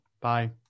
bye